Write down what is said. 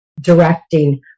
directing